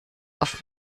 auf